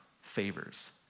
favors